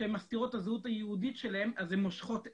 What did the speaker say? ושהן מסתירות את הזהות היהודית שלהם אז הם מושכות אש,